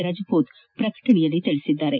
ರಜಪೂತ್ ಪ್ರಕಟಣೆಯಲ್ಲಿ ತಿಳಿಸಿದ್ದಾರೆ